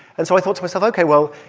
and so i thought to myself, ok, well,